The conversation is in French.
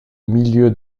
milieu